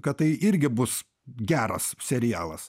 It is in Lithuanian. kad tai irgi bus geras serialas